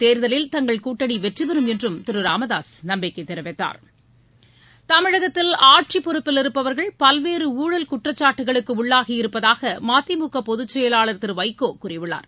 தேர்தலில் தங்கள் கூட்டணி வெற்றி பெறும் என்றும் இந்த திரு ராமதாஸ் நம்பிக்கை தெரிவித்தார் தமிழகத்தில் ஆட்சிப் பொறுப்பில் இருப்பவர்கள் பல்வேறு ஊழல் குற்றச்சாட்டுகளுக்கு உள்ளாகி இருப்பதாக மதிமுக பொதுச் செயலாளர் திரு வைகோ கூறியுள்ளார்